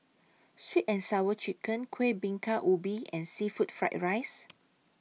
Sweet and Sour Chicken Kuih Bingka Ubi and Seafood Fried Rice